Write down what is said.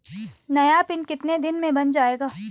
नया पिन कितने दिन में बन जायेगा?